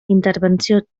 intervenció